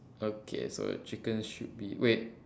okay so chicken should be wait